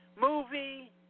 movie